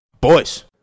Boys